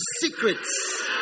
secrets